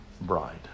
bride